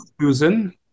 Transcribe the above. Susan